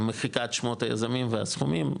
עם מחיקת שמות היזמים והסכומים,